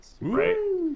right